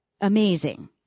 amazing